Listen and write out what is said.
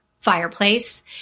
fireplace